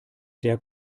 der